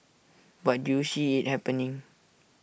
but do you see IT happening